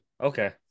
Okay